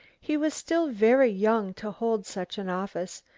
he was still very young to hold such an office,